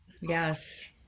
Yes